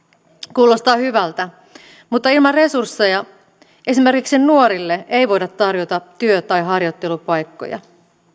kuulostaa hyvältä mutta ilman resursseja esimerkiksi nuorille ei voida tarjota työ tai harjoittelupaikkoja